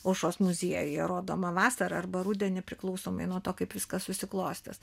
aušros muziejuje rodoma vasarą arba rudenį priklausomai nuo to kaip viskas susiklostys